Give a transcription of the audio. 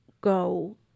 go